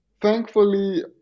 Thankfully